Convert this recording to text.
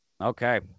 Okay